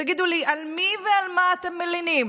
תגידו לי, על מי ועל מה אתם מלינים?